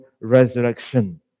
resurrection